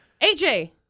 AJ